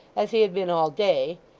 as he had been all day,